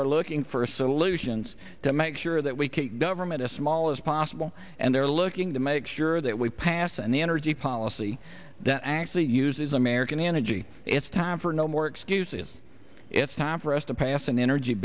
are looking for solutions to make sure that we keep government as small as possible and they're looking to make sure that we pass and the energy policy that actually uses american energy it's time for no more excuses it's time for us to pass an energy